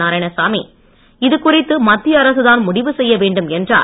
நாராயணசாமி இதுகுறித்து மத்திய அரசுதான் முடிவு செய்ய வேண்டும் என்றார்